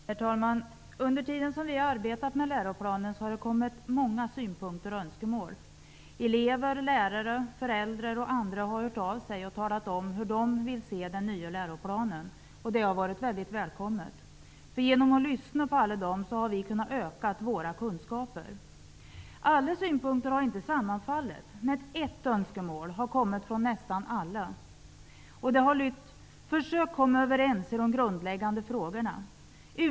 Herr talman! Under tiden som vi har arbetat med läroplanen har det kommit många synpunkter och önskemål. Elever, föräldrar, lärare och andra har hört av sig och talat om hur de vill se den nya läroplanen, och det är välkommet. Genom att lyssna på många har vi ökat våra kunskaper. Alla synpunkter har inte sammanfallit, men ett önskemål har kommit från nästan alla. Det lyder: Försök komma överens i de grundläggande frågorna.